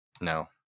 No